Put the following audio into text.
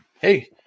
hey